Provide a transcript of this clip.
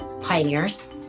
pioneers